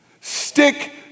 Stick